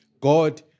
God